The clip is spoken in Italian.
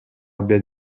abbia